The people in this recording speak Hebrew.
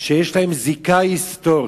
שיש להם זיקה היסטורית,